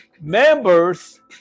members